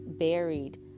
buried